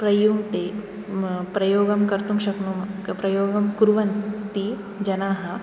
प्रयुङ्क्ते प्रयोगं कर्तुं शक्नुमः प्रयोगं कुर्वन्ति जनाः